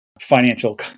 financial